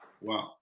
Wow